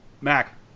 Mac